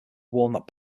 warned